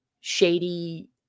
shady